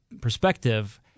perspective